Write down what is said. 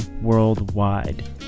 worldwide